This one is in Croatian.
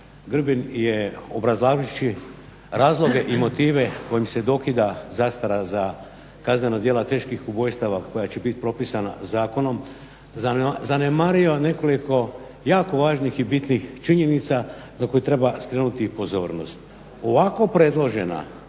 Grbin je obrazlažući razloge i motive kojim se dokida zastara za kaznena djela teških ubojstava koja će biti propisana zakonom zanemario nekoliko jako važnih i bitnih činjenica na koje treba skrenuti pozornost. Ovako predložena